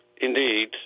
indeed